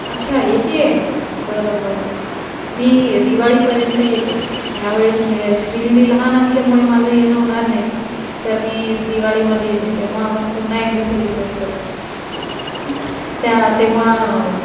अच्छा येते आहे बरं बरं मी दिवाळीपर्यंत येते ह्यावेळेस मले श्रीनिधी लहान असल्यामुळे माझं येणं होणार नाही तर मी दिवाळीमध्ये येते तेव्हा आपण पुन्हा एकदा सेलिब्रेट करू त्या तेव्हा